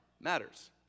matters